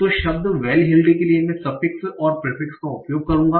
तो शब्द well heeled के लिए मैं सफिक्स और प्रिफिक्स का उपयोग करूंगा